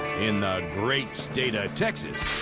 in the great state of texas,